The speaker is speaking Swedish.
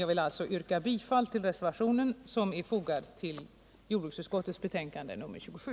Jag vill yrka bifall till reservationen som är fogad till jordbruksutskottets betänkande 27.